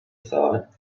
thought